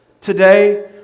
today